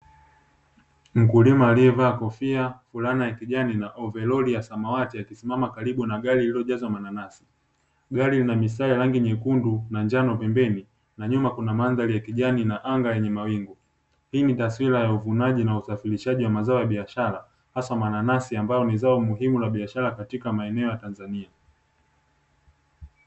Mkulima alievaa kofia, fulana ya kijani na ovaloli ya samawati akisimama karibu na gari lililojazwa mananasi, gari linamistari ya rangi nyekundu na njano pembeni na nyuma kuna mandhari ya kijani na anga lenye mawingu hii ni taswira ya uvunaji na usafirishaji wa mazao ya biashara hasa mananasi, ambayo ni zao muhimu la biashara katika maeneo ya Tanzania.